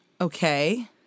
Okay